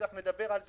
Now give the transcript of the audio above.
בטח נדבר על זה.